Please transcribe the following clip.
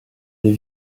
les